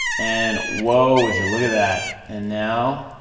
and whoa, would you look at that? and now,